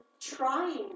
trying